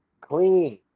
Clean